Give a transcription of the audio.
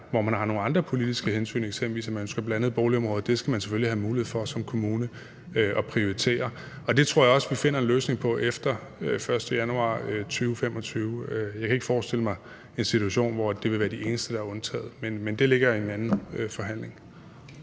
billigere, eller hvor man har nogle andre politiske hensyn, eksempelvis at man ønsker blandede boligområder. Det tror jeg også vi finder en løsning på efter den 1. januar 2025. Jeg kan ikke forestille mig en situation, hvor det vil være de eneste, der er undtaget, men det ligger i en anden forhandling.